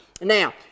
Now